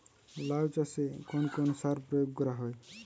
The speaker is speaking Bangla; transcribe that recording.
লাউ চাষে কোন কোন সার প্রয়োগ করা হয়?